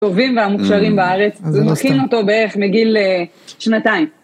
הטובים והמוכשרים בארץ, זה מכין אותו בערך מגיל שנתיים.